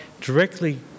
directly